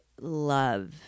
love